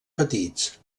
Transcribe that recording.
petits